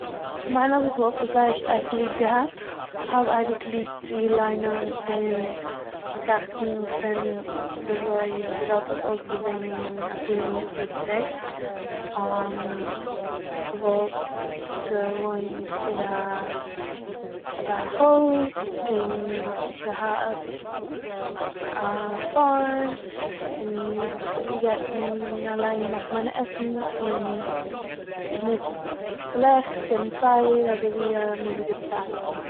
איך מיין אז איך וואלט עס זייער שטארק ליב געהאט, איך האב אייביג ליב צו ליינען און טראכטן פון וויאזוי די וועלט האט אויסגעזעהן א פאר הונדערט יאר צוריק, איך וואלט געוואוינט אין אזא הויז און געהאט א פארם און געגעסן- אליין געמאכט מיינע עסן, און געניצט לעכט און פייער אזויווי אמאליגע צייטן